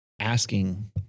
Asking